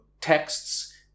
texts